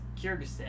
Kyrgyzstan